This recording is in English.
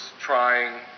trying